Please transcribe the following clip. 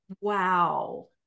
wow